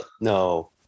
no